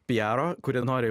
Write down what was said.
piaro kurie nori